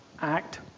act